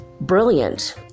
brilliant